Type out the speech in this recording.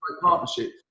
partnership